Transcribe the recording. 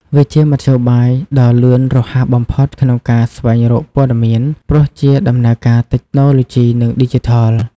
វាជាមធ្យោបាយដ៏លឿនរហ័សបំផុតក្នុងការស្វែងរកព័ត៌មាន ព្រោះជាដំណើរការតិចណូទ្បូជីនិងឌីជីថល។